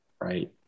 right